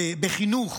בחינוך,